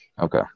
Okay